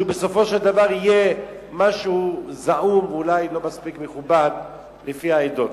שבסופו של דבר יהיה משהו זעום ואולי לא מספיק מכובד לפי העדות.